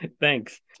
thanks